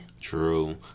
True